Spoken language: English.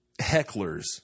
hecklers